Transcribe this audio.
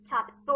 छात्र ProTherm